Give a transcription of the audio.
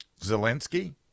Zelensky